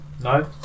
No